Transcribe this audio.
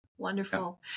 Wonderful